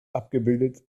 abgebildet